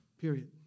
Period